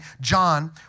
John